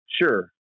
Sure